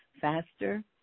faster